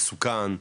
מסוכן,